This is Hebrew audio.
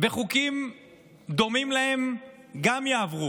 וגם חוקים דומים להם יעברו,